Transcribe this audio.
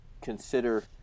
consider